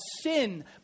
sin